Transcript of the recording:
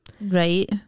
Right